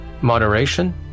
moderation